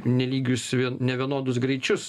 nelygius nevienodus greičius